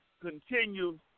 continue